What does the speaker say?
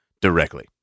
directly